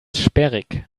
sperrig